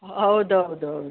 ಹೌದು ಹೌದು ಹೌದು ಹೌದು